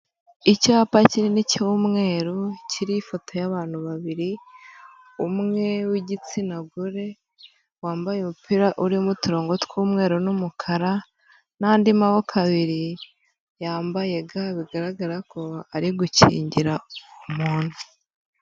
Icyapa kinini cy'umweru kiriho ifoto y'abantu babiri, umwe w'igitsina gore, wambaye umupira urimo uturongo tw'umweru n'umukara, n'andi maboko abiri yambaye ga bigaragara ko ari gukingira umuntu.